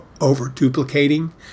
over-duplicating